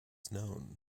known